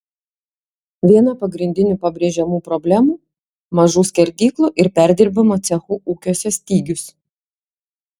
viena pagrindinių pabrėžiamų problemų mažų skerdyklų ir perdirbimo cechų ūkiuose stygius